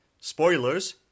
spoilers